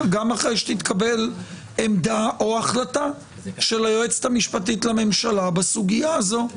אבל גם אחרי שתתקבל עמדה או החלטה של היועצת המשפטית לממשלה בסוגיה הזו.